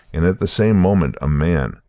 and at the same moment a man,